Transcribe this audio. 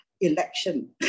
election